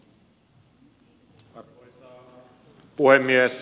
arvoisa puhemies